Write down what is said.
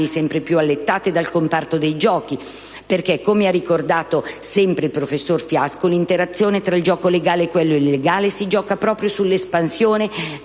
sempre più allettate dal comparto dei giochi perché, come ha ricordato sempre il professor Fiasco, l'interazione tra il gioco legale e quello illegale «si gioca proprio sull'espansione del